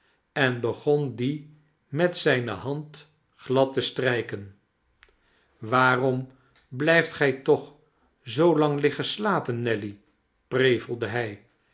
en begon die met zijne hand glad te strijken waarom blijft gij toch zoolang hggen slapen nelly prevelde hij